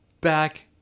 back